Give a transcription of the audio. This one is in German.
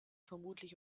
vermutlich